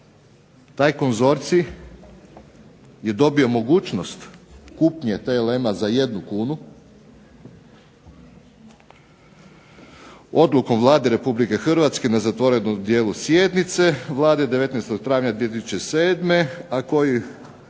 Taj konzorcij je dobio mogućnost kupnje TLM-a za jednu kunu. Odlukom Vlade Republike Hrvatske na zatvorenom dijelu sjednice Vlade 19. travnja 2007. koju